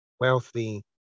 wealthy